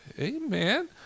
Amen